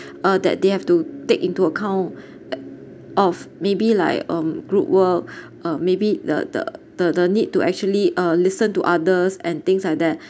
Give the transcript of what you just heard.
uh that they have to take into account of maybe like um group work uh maybe the the the the need to actually uh listen to others and things like that